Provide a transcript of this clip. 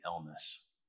illness